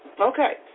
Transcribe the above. Okay